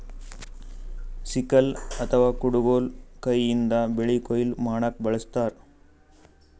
sickle ಅಥವಾ ಕುಡಗೊಲ್ ಕೈಯಿಂದ್ ಬೆಳಿ ಕೊಯ್ಲಿ ಮಾಡ್ಲಕ್ಕ್ ಬಳಸ್ತಾರ್